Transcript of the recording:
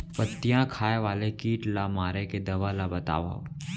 पत्तियां खाए वाले किट ला मारे के दवा ला बतावव?